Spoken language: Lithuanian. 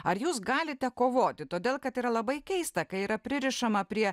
ar jūs galite kovoti todėl kad yra labai keista kai yra pririšama prie